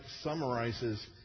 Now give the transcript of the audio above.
summarizes